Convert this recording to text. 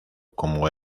como